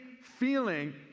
feeling